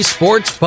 Sports